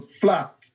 flat